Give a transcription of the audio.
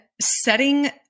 setting